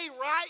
right